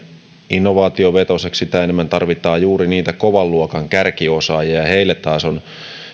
innovaatiovetoiseksi sitä enemmän tarvitaan juuri niitä kovan luokan kärkiosaajia ja heillä taas on